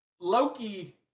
Loki